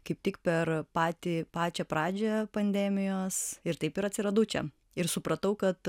kaip tik per patį pačią pradžią pandemijos ir taip ir atsiradau čia ir supratau kad